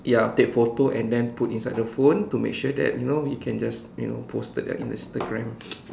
ya I'll take photo and then put inside the phone to make sure that you know you can just you know post to their Instagram